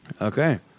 Okay